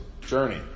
journey